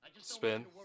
Spin